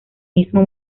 mismo